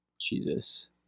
Jesus